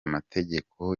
mategeko